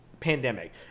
pandemic